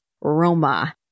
Roma